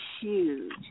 huge